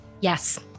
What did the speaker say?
Yes